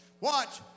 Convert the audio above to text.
Watch